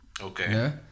Okay